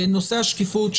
נושא השקיפות,